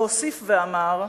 והוסיף ואמר: